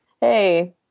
hey